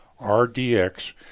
RDX